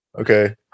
Okay